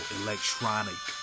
electronic